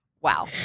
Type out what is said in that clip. Wow